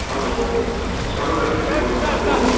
hello Sabita Chhetri बोल्नुभएको हो